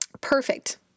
Perfect